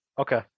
Okay